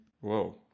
Whoa